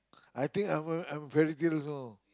I think I'm a I'm a fairy tale also